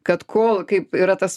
kad kol kaip yra tas